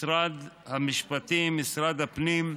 משרד המשפטים, משרד הפנים,